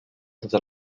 tota